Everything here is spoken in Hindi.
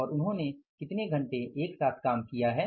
और उन्होंने कितने घंटे एक साथ काम किया है